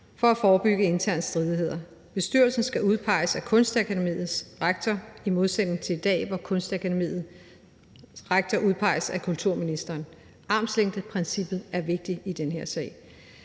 for at forebygge interne stridigheder. Bestyrelsen skal udpege Kunstakademiets rektor i modsætning til i dag, hvor Kunstakademiets rektor udpeges af kulturministeren. Armslængdeprincippet er vigtigt i den her sag.